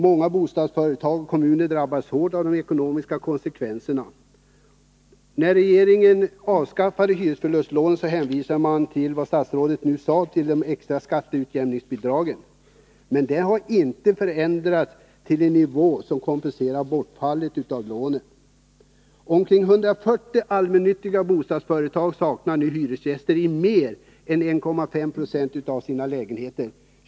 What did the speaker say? Många bostadsföretag och kommuner drabbas hårt av de ekonomiska konsekvenser som detta för med sig. När regeringen avskaffade hyresförlustlånen hänvisade den, såsom statsrådet nämnde, till det extra skatteutjämningsbidraget. Men det har inte förändrats till en nivå som kompenserar bortfallet av lånen. Omkring 140 allmännyttiga bostadsföretag saknar nu hyresgäster i mer än 1.5 96 av sina lägenheter.